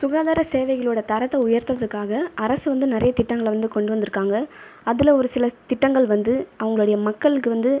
சுகாதார சேவைகளோட தரத்தை உயர்த்தறத்துக்காக அரசு வந்து நிறைய திட்டங்களை வந்து கொண்டு வந்து இருக்காங்க அதில் ஒரு சில திட்டங்கள் வந்து அவங்களுடைய மக்களுக்கு வந்து